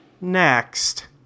Next